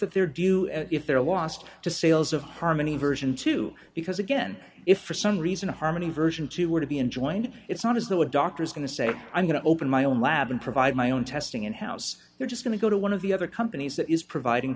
that their view if they're lost to sales of harmony version two because again if for some reason harmony version two were to be enjoined it's not as though a doctor's going to say i'm going to open my own lab and provide my own testing in house they're just going to go to one of the other companies that is providing